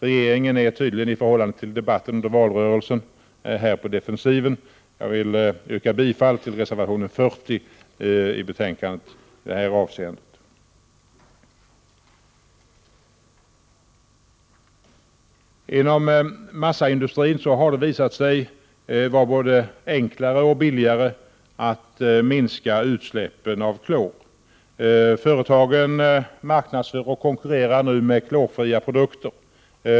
Regeringen är tydligen i förhållande till debatten under valrörelsen här på defensiven. Jag vill i det här avseendet yrka bifall till reservation 40 i betänkandet. Inom massaindustrin har det visat sig vara både enklare och billigare att minska utsläppen av klor. Företagen marknadsför och konkurrerar nu med klorfria produkter.